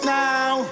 now